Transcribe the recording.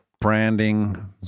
branding